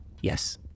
Yes